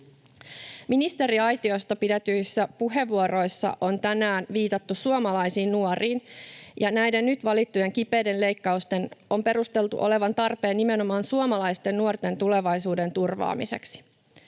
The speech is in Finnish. Ministeriaitiosta pidetyissä puheenvuoroissa on tänään viitattu suomalaisiin nuoriin, ja näiden nyt valittujen kipeiden leikkausten on perusteltu olevan tarpeen nimenomaan suomalaisten nuorten tulevaisuuden turvaamiseksi.